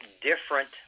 different